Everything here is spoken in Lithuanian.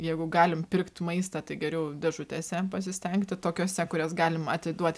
jeigu galim pirkt maistą tai geriau dėžutėse pasistengti tokiose kurias galim atiduoti